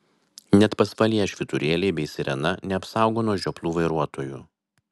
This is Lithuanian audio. net pasvalyje švyturėliai bei sirena neapsaugo nuo žioplų vairuotojų